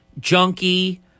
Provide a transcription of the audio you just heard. junkie